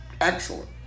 excellent